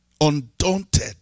Undaunted